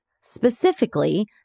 specifically